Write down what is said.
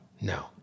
No